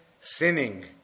sinning